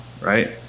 right